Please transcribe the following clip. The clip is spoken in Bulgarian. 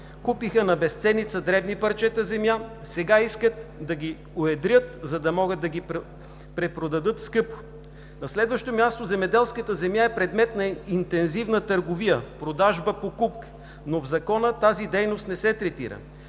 Купиха на безценица дребни парчета земя, сега искат да ги уедрят, за да могат да ги препродадат скъпо. На следващо място, земеделската земя е предмет на интензивна търговия, продажба – покупка, но в Закона тази дейност не се третира.